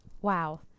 Wow